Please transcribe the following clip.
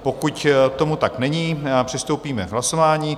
Pokud tomu tak není, přistoupíme k hlasování.